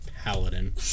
paladin